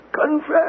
confess